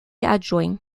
adjoint